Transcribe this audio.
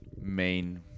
Main